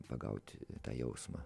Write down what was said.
pagauti tą jausmą